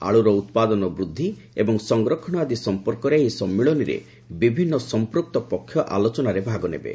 ଆଳ୍ରର ଉତ୍ପାଦନ ବୃଦ୍ଧି ଏବଂ ସଂରକ୍ଷଣ ଆଦି ସମ୍ପର୍କରେ ଏହି ସମ୍ମିଳନୀରେ ବିଭିନ୍ନ ସମ୍ପୁକ୍ତ ପକ୍ଷ ଆଲୋଚନାରେ ଭାଗ ନେବେ